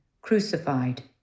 crucified